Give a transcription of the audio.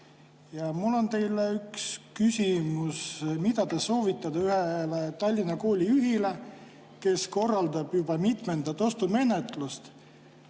Mul on teile üks küsimus: mida te soovitate ühele Tallinna koolijuhile, kes korraldab juba mitmendat ostumenetlust,